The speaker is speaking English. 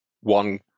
one